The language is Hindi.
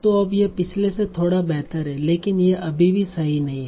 तो अब यह पिछले से थोड़ा बेहतर है लेकिन यह अभी भी सही नहीं है